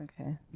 Okay